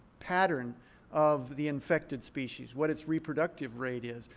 pattern of the infected species, what its reproductive rate is,